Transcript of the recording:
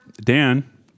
Dan